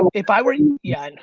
um if i were you yeah,